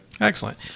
Excellent